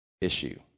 issue